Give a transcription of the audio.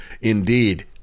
indeed